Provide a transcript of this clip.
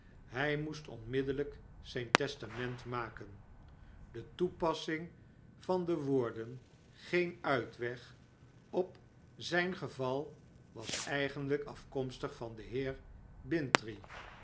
hij moest onmiddellyk zyn testament maken de toepassing van de woorden geen uitweg op zyn geval was eigenlyk af komstig van den heer